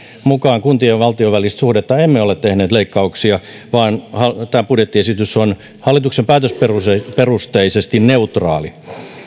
mukaan kuntien ja valtion välistä suhdetta emme ole tehneet leikkauksia vaan tämä budjettiesitys on päätösperusteisesti neutraali